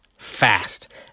fast